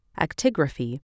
actigraphy